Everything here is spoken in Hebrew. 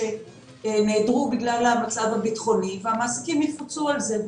שנעדרו בגלל המצב הביטחוני והמעסיקים יפוצו על זה,